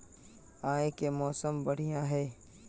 आय के मौसम बढ़िया है?